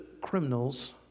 criminals